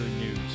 News